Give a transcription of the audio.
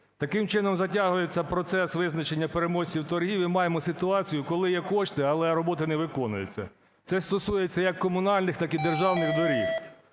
Таким чином затягується процес визначення переможців торгів, і маємо ситуацію, коли є кошти, але роботи не виконуються. Це стосується як комунальних, так і державних доріг.